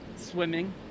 swimming